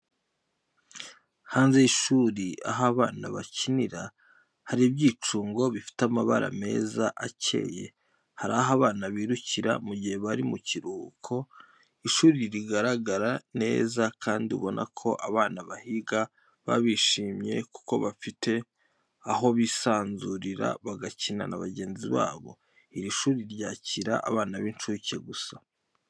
Hanze y'ishuri aho abana bakinira, hari ibyicungo, bifite amabara meza akeye, hari abo abana birukira mu gihe bari mu kiruhuko, ishuri rigaragara neza kandi ubona ko abana bahiga baba bishimye kuko bafite aho bisanzurira bagakina n'abagenzi babo. Iri shuri ryakira abana b'incuke gusa.